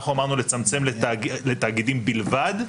אנחנו אמרנו לצמצם לתאגידים בלבד.